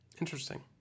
Interesting